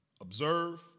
observe